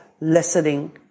listening